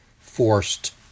forced